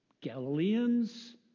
Galileans